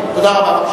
תודה רבה.